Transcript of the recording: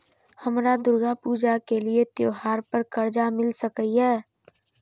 हमरा दुर्गा पूजा के लिए त्योहार पर कर्जा मिल सकय?